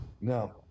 No